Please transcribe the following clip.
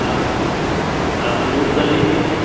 आप आप नोट कर लीजिए